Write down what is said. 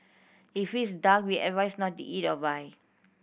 if it's dark we advise not to eat or buy